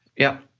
yeah,